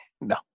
no